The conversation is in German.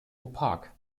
opak